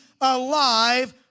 alive